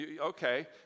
Okay